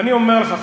ואני אומר לך,